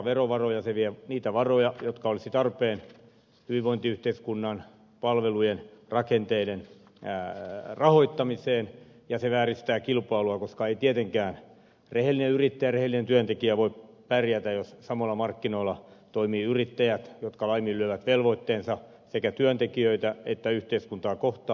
se vie niitä varoja jotka olisivat tarpeen hyvinvointiyhteiskunnan palvelujen rakenteiden rahoittamiseen ja se vääristää kilpailua koska ei tietenkään rehellinen yrittäjä ja rehellinen työntekijä voi pärjätä jos samoilla markkinoilla toimivat yrittäjät jotka laiminlyövät velvoitteensa sekä työntekijöitä että yhteiskuntaa kohtaan